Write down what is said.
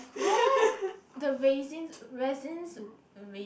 yes the raisin raisin